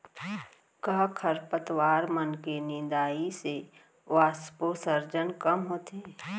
का खरपतवार मन के निंदाई से वाष्पोत्सर्जन कम होथे?